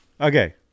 Okay